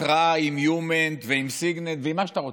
התרעה עם יומינט ועם סיגינט ועם מה שאתה רוצה,